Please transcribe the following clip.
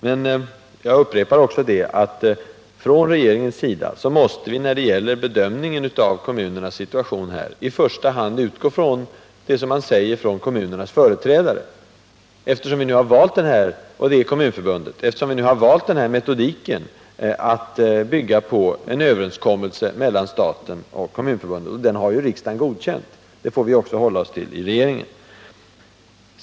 Men jag upprepar också, att från regeringens sida måste vi när det gäller bedömningen av kommunernas situation i första hand utgå från vad deras företrädare Kommunförbundet säger, eftersom vi har valt metodiken att bygga på en överenskommelse mellan staten och Kommunförbundet. Den överenskommelsen har ju riksdagen godkänt. Det får vi också hålla oss till i regeringen.